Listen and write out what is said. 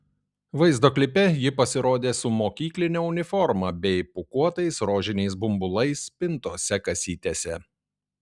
vaizdo klipe ji pasirodė su mokykline uniforma bei pūkuotais rožiniais bumbulais pintose kasytėse